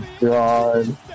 god